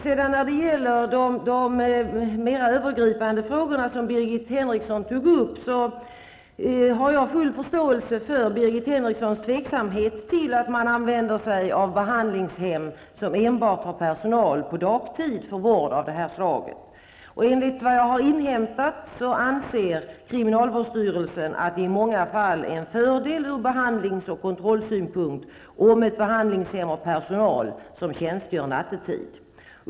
När det sedan gäller de mera övergripande frågor som Birgit Henriksson tog upp, har jag full förståelse för hennes tveksamhet inför att man använder behandlingshem som enbart har personal på dagtid för vård av detta slag. Enligt vad jag har inhämtat anser kriminalvårdsstyrelsen att det i många fall är en fördel ur behandlings och kontrollsynpunkt om ett behandlingshem har personal som tjänstgör nattetid.